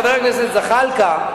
חבר הכנסת זחאלקה,